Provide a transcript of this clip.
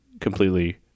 completely